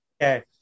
okay